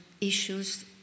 issues